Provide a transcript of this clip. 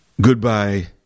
Goodbye